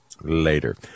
Later